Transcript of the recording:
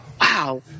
wow